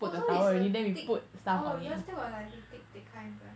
oh so it's a th~ oh you are still got like the thick thick kinds are